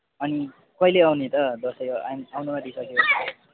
अनि कहिले आउने त दसैँ आउनु आँटिसक्यो